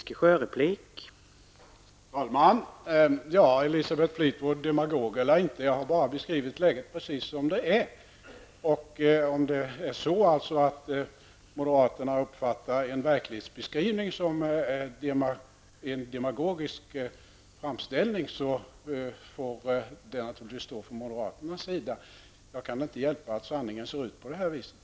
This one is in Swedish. Herr talman! Demagog eller inte, Elisabeth Fleetwood, jag har bara beskrivit läget precis som det är. Om moderaterna uppfattar en verklighetsbeskrivning som en demagogisk framställning, får det naturligtvis stå för moderaterna. Jag kan inte hjälpa att sanningen ser ut på detta sätt.